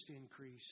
increase